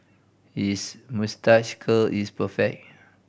his moustache curl is perfect